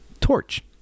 Torch